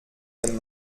dem